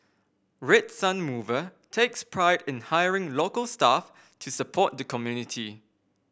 Red Sun Mover takes pride in hiring local staff to support the community